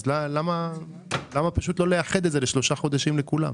אז למה פשוט לא לאחד את זה לשלושה חודשים לכולם?